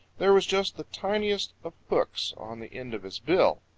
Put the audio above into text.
there was just the tiniest of hooks on the end of his bill.